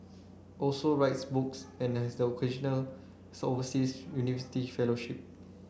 also writes books and has the occasional overseas university fellowship